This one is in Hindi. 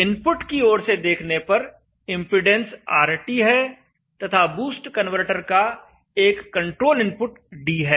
इनपुट की ओर से देखने पर इम्पीडेन्स RT है तथा बूस्ट कन्वर्टर का एक कंट्रोल इनपुट d है